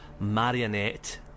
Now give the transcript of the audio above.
marionette